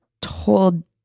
told